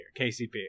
KCP